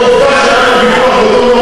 שתחזרי בך מעל הדוכן